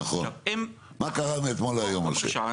נכון, מה קרה מאתמול להיום משה?